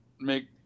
make